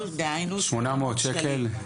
דהיינו 800 שקל.